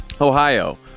Ohio